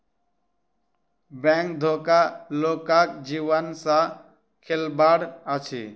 bank धोखा लोकक जीवन सॅ खेलबाड़ अछि